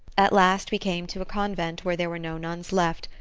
at last we came to a convent where there were no nuns left,